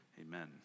Amen